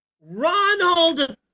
Ronald